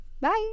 Bye